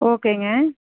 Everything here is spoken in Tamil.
ஓகேங்க